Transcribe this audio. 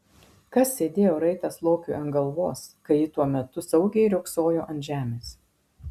kas sėdėjo raitas lokiui ant galvos kai ji tuo metu saugiai riogsojo ant žemės